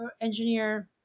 engineer